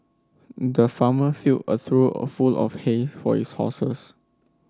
the farmer filled a trough of full of hay for his horses